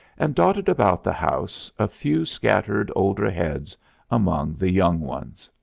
and dotted about the house a few scattered older heads among the young ones.